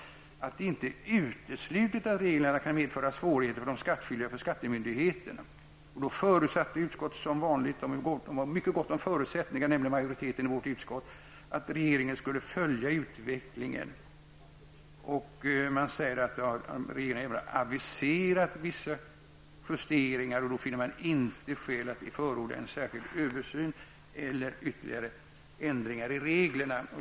Utskottet skriver att det inte är uteslutet att reglerna kan medföra svårigheter för de skattskyldiga och skattemyndigheterna. Därför förutsatte utskottet som vanligt -- man har gott om förutsättningar, majoriteten i vårt utskott -- att regeringen skulle följa utvecklingen. Utskottet säger att regeringen ibland har aviserat vissa justeringar och därför finner man inga skäl till att förorda en särskild översyn eller ytterligare ändringar i reglerna.